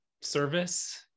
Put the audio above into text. service